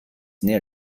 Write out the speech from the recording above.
near